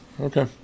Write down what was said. okay